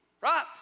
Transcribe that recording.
Right